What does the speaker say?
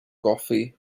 goffi